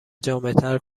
جامعتر